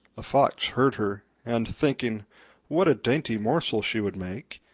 a fox heard her, and, thinking what a dainty morsel she would make,